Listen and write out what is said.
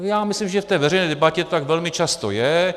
Já myslím, že v té veřejné debatě to tak velmi často je.